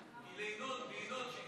ידבר.